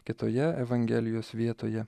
kitoje evangelijos vietoje